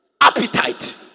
appetite